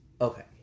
Okay